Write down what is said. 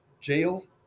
jailed